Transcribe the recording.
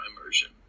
immersion